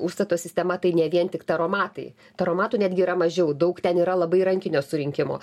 užstato sistema tai ne vien tik taromatai taromatų netgi yra mažiau daug ten yra labai rankinio surinkimo